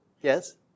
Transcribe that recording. yes